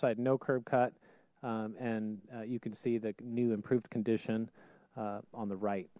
side no curb cut and you can see the new improved condition on the right